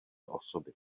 osoby